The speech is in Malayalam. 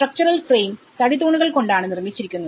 സ്ട്രക്ചറൽ ഫ്രെയിം തടി തൂണുകൾ കൊണ്ടാണ് നിർമ്മിച്ചിരിക്കുന്നത്